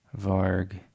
Varg